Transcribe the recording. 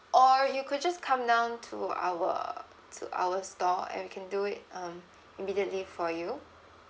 or you could just come down to our to our store and we can do it um immediately for you